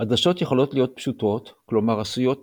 עדשות יכולות להיות פשוטות, כלומר עשויות